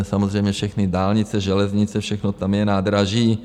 Samozřejmě všechny dálnice, železnice, všechno tam je, nádraží.